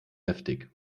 heftig